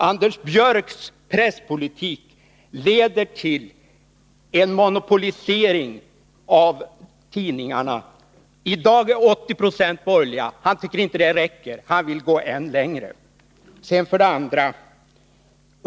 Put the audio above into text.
Anders Björcks presspolitik leder till en monopolisering av tidningarna. I dag är 80 26 av tidningarna borgerliga. Han tycker inte att det räcker, han vill gå än längre.